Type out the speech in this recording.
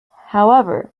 however